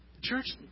Church